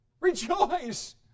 rejoice